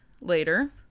later